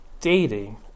dating